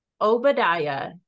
Obadiah